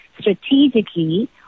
strategically